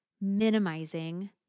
minimizing